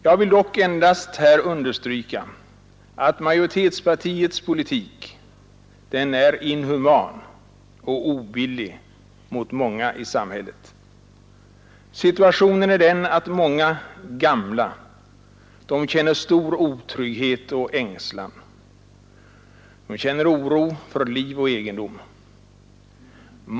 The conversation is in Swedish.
Jag vill dock understryka att majoritetspartiets politik är inhuman och obillig mot många i samhället. Situationen är den att många gamla känner stor otrygghet och ängslan; de känner oro för liv och egendom.